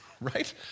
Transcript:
right